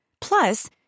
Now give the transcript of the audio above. Plus